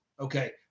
Okay